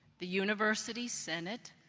the university senate,